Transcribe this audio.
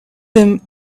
them